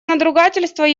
надругательства